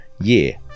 year